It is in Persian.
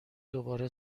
دوباره